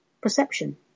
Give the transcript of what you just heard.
perception